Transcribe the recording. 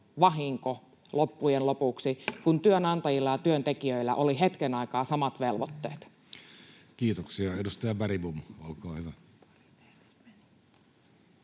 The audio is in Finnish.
loppujen lopuksi vahinko, kun työnantajilla ja työntekijöillä oli hetken aikaa samat velvoitteet? Kiitoksia. — Edustaja Bergbom, olkaa hyvä.